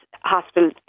hospital